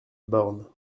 borne